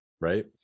right